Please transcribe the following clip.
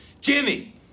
Jimmy